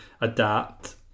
adapt